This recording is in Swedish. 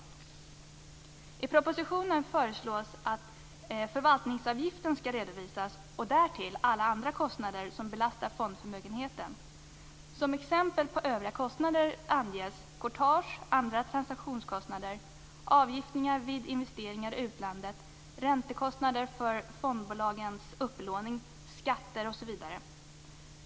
I propositionen föreslås att förvaltningsavgiften skall redovisas och därtill alla andra kostnader som belastar fondförmögenheten. Som exempel på övriga kostnader anges courtage, andra transaktionskostnader, avgifter vid investeringar i utlandet, räntekostnader för fondbolagens upplåning, skatter, osv.